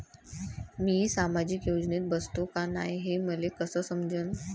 मी सामाजिक योजनेत बसतो का नाय, हे मले कस समजन?